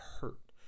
hurt